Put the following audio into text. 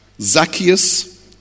Zacchaeus